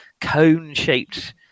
cone-shaped